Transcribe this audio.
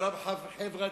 שלום חברתי,